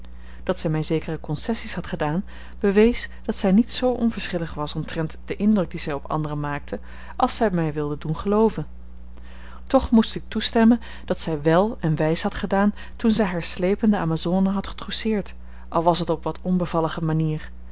dat zij mij zekere concessies had gedaan bewees dat zij niet zoo onverschillig was omtrent den indruk dien zij op anderen maakte als zij mij wilde doen gelooven toch moest ik toestemmen dat zij wèl en wijs had gedaan toen zij hare slepende amazone had getrousseerd al was het op wat onbevallige manier